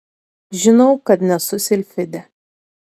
žinau kad nesu silfidė